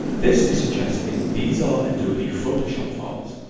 this is suggesting these are adobe photoshop files,